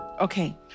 Okay